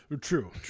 True